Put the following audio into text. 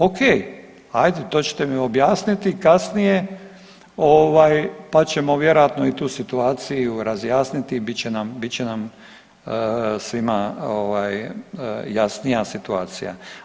Okej, ajde to ćete mi objasniti kasnije ovaj, pa ćemo vjerojatno i tu situaciju razjasniti i bit će nam svima jasnija situacija.